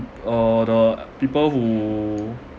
uh the people who